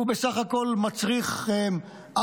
הוא בסך הכול מצריך ארטליין,